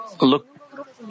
look